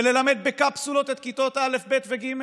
וללמד בקפסולות את כיתות א', ב' וג'?